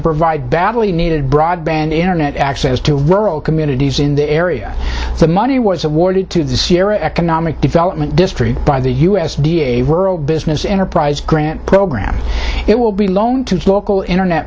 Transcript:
provide badly needed broadband internet access to rural communities in the area the money was awarded to the sierra economic development district by the u s d a rural business enterprise grant program it will be loaned to local internet